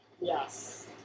Yes